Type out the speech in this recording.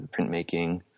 printmaking